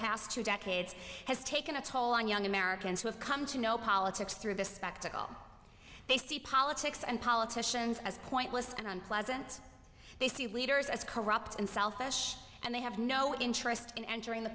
past two decades has taken a toll on young americans who have come to know politics through this spectacle they see politics and politicians as pointless and unpleasant they see leaders as corrupt and selfish and they have no interest in entering the